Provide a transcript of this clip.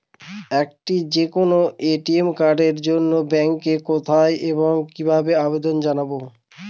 একটি যে কোনো এ.টি.এম কার্ডের জন্য ব্যাংকে কোথায় এবং কিভাবে আবেদন জানাব?